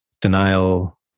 denial